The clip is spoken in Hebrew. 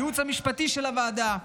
הייעוץ המשפטי של הוועדה.